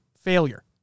failure